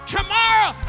Tomorrow